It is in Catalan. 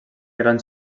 gran